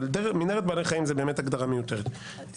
אבל מנהרת בעלי חיים זו באמת הגדרה מיותרת להבנתי.